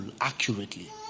accurately